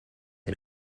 and